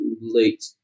late